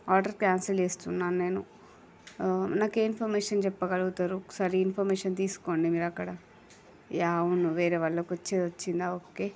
order cancel చేస్తున్నా నేను నాకు ఏ ఇన్ఫర్మేషన్ చెప్పగలుగుతారు ఒకసారి ఇన్ఫర్మేషన్ తీసుకోండి మీరు అక్కడ యా అవును వేరే వాళ్ళకు వచ్చే వచ్చిందా ఓకే